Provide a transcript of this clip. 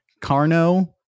Carno